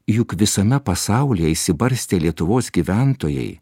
juk visame pasaulyje išsibarstę lietuvos gyventojai